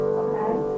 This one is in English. okay